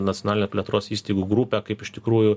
nacionalinę plėtros įstaigų grupę kaip iš tikrųjų